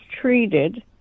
treated